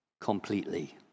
completely